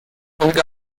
folge